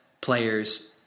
players